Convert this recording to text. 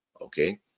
okay